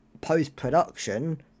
post-production